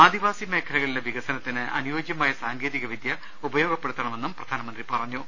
ആദിവാസി മേഖലകളിലെ വികസനത്തിന് അനുയോ ജ്യമായ സാങ്കേതിക വിദ്യ ഉപയോഗപ്പെടുത്തണമെന്നും പ്രധാനമന്ത്രി പറ ഞ്ഞു